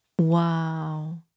Wow